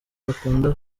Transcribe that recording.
bakunda